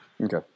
Okay